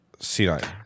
C9